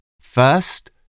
First